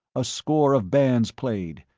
a score of bands played,